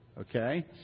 Okay